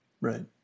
Right